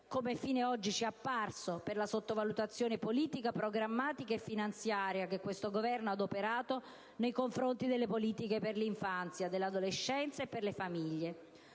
non sia contraddetto dalla sottovalutazione politica, programmatica e finanziaria che questo Governo ha adoperato nei confronti delle politiche per l'infanzia, per l'adolescenza e per le famiglie.